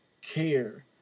care